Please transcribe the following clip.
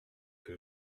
que